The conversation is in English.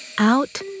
out